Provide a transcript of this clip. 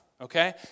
okay